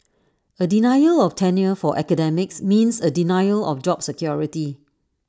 A denial of tenure for academics means A denial of job security